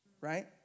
right